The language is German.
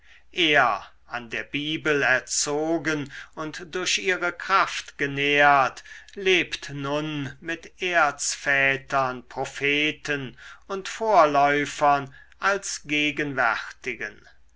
er an der bibel erzogen und durch ihre kraft genährt lebt nun mit erzvätern propheten und vorläufern als gegenwärtigen